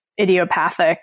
idiopathic